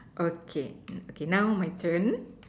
okay okay now my turn